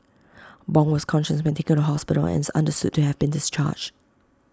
Bong was conscious when taken to hospital and is understood to have been discharged